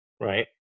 right